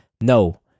No